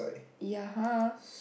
ya [huh]